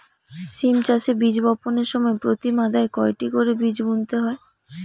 সিম চাষে বীজ বপনের সময় প্রতি মাদায় কয়টি করে বীজ বুনতে হয়?